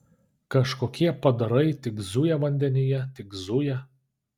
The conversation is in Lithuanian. kažkokie padarai tik zuja vandenyje tik zuja